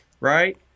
right